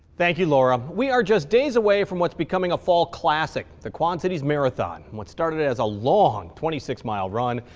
thank you, laura. we are just days away from what's becoming a fall classic. the quad cities marathon. and what started as a long twenty six mile run,